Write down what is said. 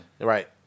Right